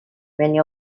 many